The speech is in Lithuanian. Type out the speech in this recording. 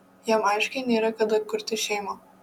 jam aiškiai nėra kada kurti šeimą